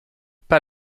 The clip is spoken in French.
pas